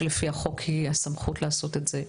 שלפי החוק היא הסמכות לעשות את זה.